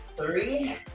Three